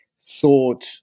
thought